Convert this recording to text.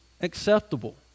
acceptable